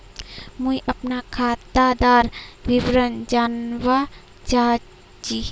मुई अपना खातादार विवरण जानवा चाहची?